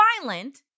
violent